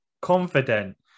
confident